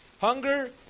Hunger